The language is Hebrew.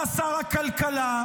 אתה שר הכלכלה,